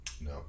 No